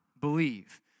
believe